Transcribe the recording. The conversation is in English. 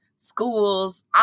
Schools